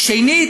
"שנית,